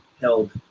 held